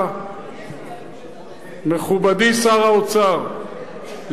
מכובדי שר האוצר,